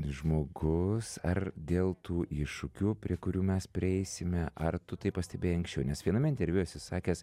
žmogus ar dėl tų iššūkių prie kurių mes prieisime ar tu tai pastebėjai anksčiau nes viename interviu esi sakęs